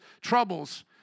troubles